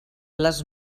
les